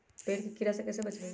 पेड़ के कीड़ा से कैसे बचबई?